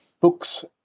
books